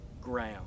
ground